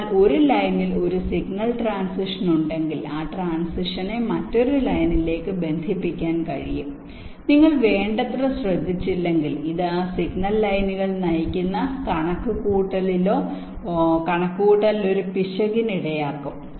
അതിനാൽ ഒരു ലൈനിൽ ഒരു സിഗ്നൽ ട്രാൻസിഷൻ ഉണ്ടെങ്കിൽ ആ ട്രാൻസിഷനെ മറ്റൊരു ലൈനിലേക്ക് ബന്ധിപ്പിക്കാൻ കഴിയും നിങ്ങൾ വേണ്ടത്ര ശ്രദ്ധിച്ചില്ലെങ്കിൽ ഇത് ആ സിഗ്നൽ ലൈനുകൾ നയിക്കുന്ന കണക്കുകൂട്ടലിലോ കണക്കുകൂട്ടലിലോ ഒരു പിശകിന് ഇടയാക്കും